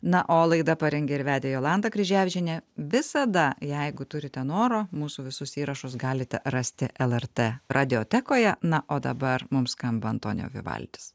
na o laidą parengė ir vedė jolanta kryževičienė visada jeigu turite noro mūsų visus įrašus galite rasti lrt radiotekoje na o dabar mums skamba antonijo vivaldis